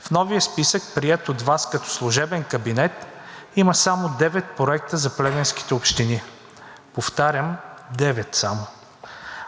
В новия списък, приет от Вас като служебен кабинет, има само 9 проекта за плевенските общини. Повтарям, 9 само!